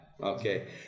okay